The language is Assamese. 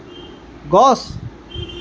গছ